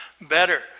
better